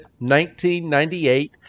1998